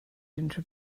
unrhyw